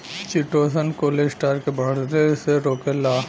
chitosan cholesterol के बढ़ले से रोकेला